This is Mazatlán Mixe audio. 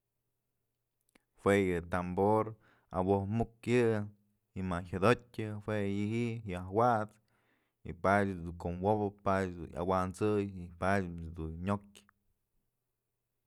Jua yë tambor awojmukyë yë y ma jyodotyë jue yë ji'i yajwat's y padyët's ko'o wopëp padyët's dun awant'sëy y padyët's dun nyokë.